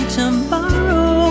tomorrow